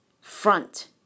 front